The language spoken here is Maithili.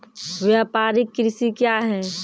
व्यापारिक कृषि क्या हैं?